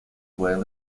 pueden